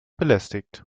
belästigt